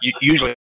Usually